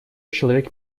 человек